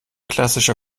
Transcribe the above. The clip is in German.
klassischer